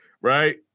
Right